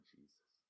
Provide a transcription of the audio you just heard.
Jesus